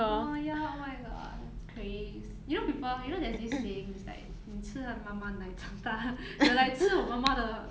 oh ya oh my god craves you know people you know there's this saying is like 你吃了妈妈奶长大 you're like 吃我妈妈的